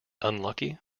unlucky